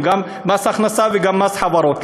גם מס הכנסה וגם מס חברות.